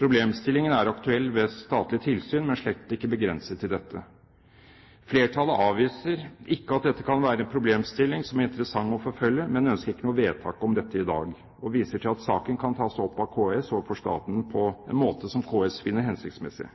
Problemstillingen er aktuell ved statlig tilsyn, men er slett ikke begrenset til dette. Flertallet avviser ikke at dette kan være en problemstilling som er interessant å forfølge, men ønsker ikke noe vedtak om dette i dag, og viser til at saken kan tas opp av KS overfor staten på